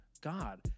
God